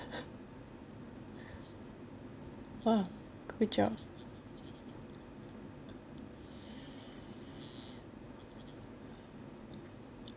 !wah! good job